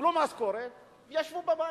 קיבלו משכורת וישבו בבית.